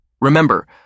Remember